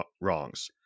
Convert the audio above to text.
wrongs